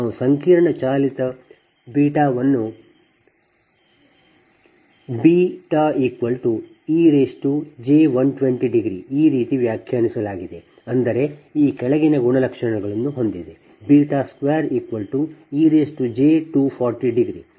ನಾವು ಸಂಕೀರ್ಣ ಚಾಲಿತ ಬೀಟಾವನ್ನು βej120 ಈ ರೀತಿ ವ್ಯಾಖ್ಯಾನಿಸಲಾಗಿದೆ ಅಂದರೆ ಈ ಕೆಳಗಿನ ಗುಣಲಕ್ಷಣಗಳನ್ನು ಹೊಂದಿದೆ